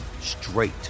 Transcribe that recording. straight